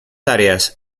áreas